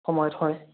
সময়ত হয়